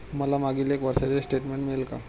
मला मागील एक वर्षाचे स्टेटमेंट मिळेल का?